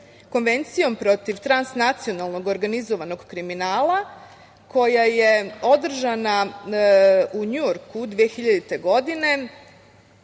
Konvencijom protiv transnacionalnog organizovanog kriminala koja je održana u Njujorku 2000. godine